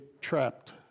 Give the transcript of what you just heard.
trapped